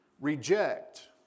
Reject